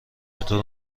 بطرز